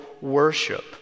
worship